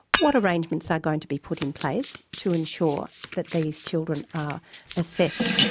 what arrangements are going to be put in place to ensure that these children are assessed,